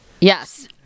Yes